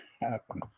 happen